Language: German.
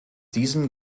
diesem